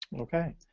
Okay